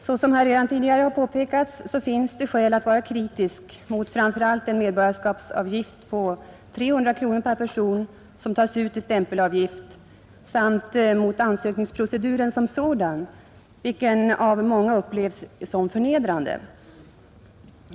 Såsom redan tidigare påpekats, finns det skäl att vara kritisk mot framför allt de 300 kronor per person som tas ut i stämpelavgift och mot ansökningsproceduren som sådan, vilken av många upplevs som förnedrande.